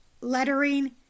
lettering